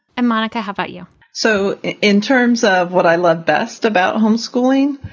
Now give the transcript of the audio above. and monica, how about you? so in terms of what i love best about um schooling,